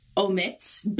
omit